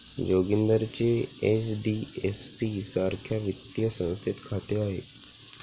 जोगिंदरचे एच.डी.एफ.सी सारख्या वित्तीय संस्थेत खाते आहे